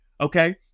Okay